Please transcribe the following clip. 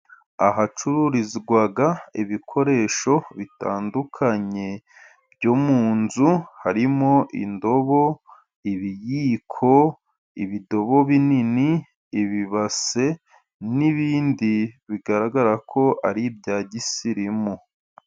Ahacururizwa ibikoresho bitandukanye byo mu nzu. Harimo indobo, ibiyiko, ibidobo binini, ibibase n'ibindi bigaragara ko ari ibya gisirimu.